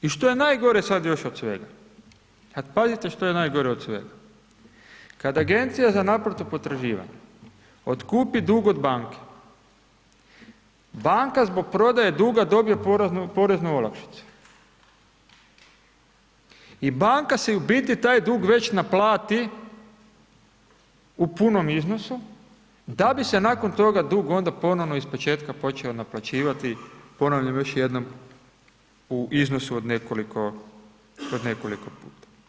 I što je najgore još sad od svega, sad pazite što je najgore od svega, kada agencija za naplatu potraživanja otkupi dug od banke, banka zbog prodaje duga dobije poreznu olakšicu i banka si i u biti taj dug već naplati u punom iznosu da bi se nakon toga dug onda ponovno iz početka počeo naplaćivati, ponavljam još jednom u iznosu od nekoliko puta.